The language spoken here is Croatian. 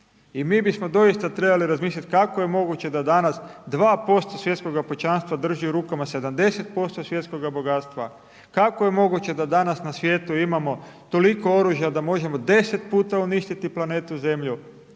I mi bismo doista trebali razmišljati kako je moguće da danas 2% svjetskoga pučanstva drži u rukama 70% svjetskoga bogatstva, kako je moguće da danas na svijetu imamo toliko oružja da možemo 10 puta uništiti planetu zemlju,